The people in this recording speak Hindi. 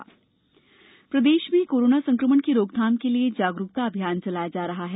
कोरोना समीक्षा प्रदेश में कोरोना संक्रमण की रोकथाम के लिए जागरूकता अभियान चलाया जा रहा है